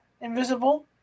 invisible